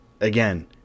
again